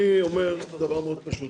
אני אומר דבר מאוד פשוט